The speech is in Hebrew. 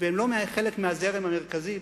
והם לא חלק מהזרם המרכזי,